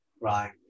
right